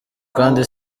kandi